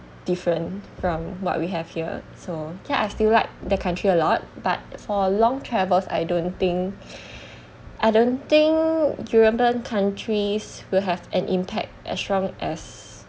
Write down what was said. different from what we have here so ya I still like the country a lot but for long travels I don't think I don't think european countries will have an impact as strong as